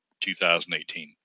2018